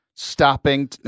Stopping